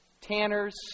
Tanner's